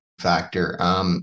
factor